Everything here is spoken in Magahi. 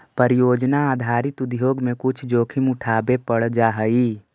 परियोजना आधारित उद्योग में कुछ जोखिम उठावे पड़ जा हई